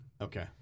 Okay